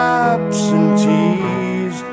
absentees